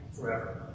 forever